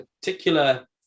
particular